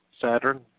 Saturn